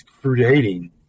creating